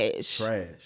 Trash